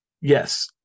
Yes